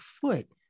foot